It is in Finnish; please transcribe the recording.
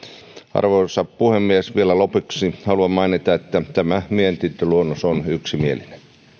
arvoisa puhemies vielä lopuksi haluan mainita että tämä mietintö on yksimielinen